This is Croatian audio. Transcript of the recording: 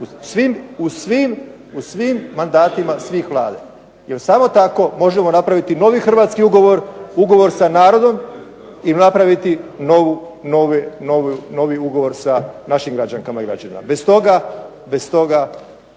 u svim mandatima svih vlade. I samo tako možemo napraviti novi hrvatski ugovor, ugovor sa narodom i napraviti novi ugovor sa našim građankama i građanima. Bez toga ništa.